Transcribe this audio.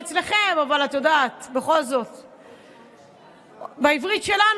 תודה רבה לשר משה ארבל.